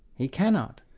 he cannot,